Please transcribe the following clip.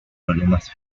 problemas